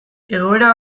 egoera